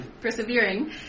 Persevering